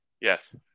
Yes